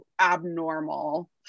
abnormal